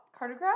cartograph